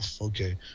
Okay